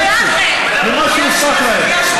חצי ממה שהובטח להם.